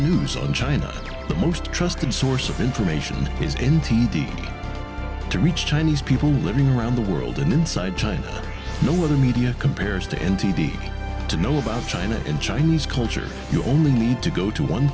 news on china the most trusted source of information is in t d to reach chinese people living around the world and inside china no other media compares to n t v to know about china in chinese culture you only need to go to one